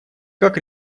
как